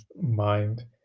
mind